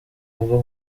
rugo